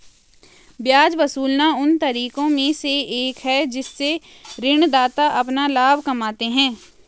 ब्याज वसूलना उन तरीकों में से एक है जिनसे ऋणदाता अपना लाभ कमाते हैं